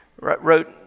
wrote